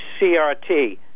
CRT